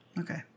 Okay